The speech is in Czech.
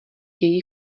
její